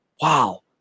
wow